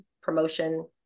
promotion